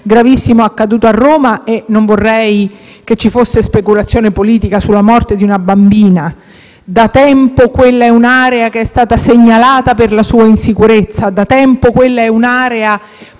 gravissimo accaduto a Roma. Non vorrei ci fosse speculazione politica sulla morte di una bambina. Da tempo quella è un'area che è stata segnalata per la sua insicurezza; da tempo, quell'area,